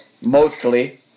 mostly